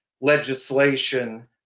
legislation